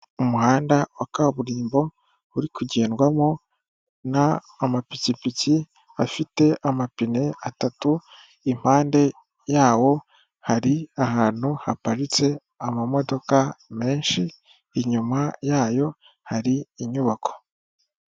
Umuhanda wa kaburimbo uri kugendwamo n'amapikipiki afite amapine atatu, impande yawo hari ahantu haparitse amamodoka menshi; inyuma yawo hari inyubako.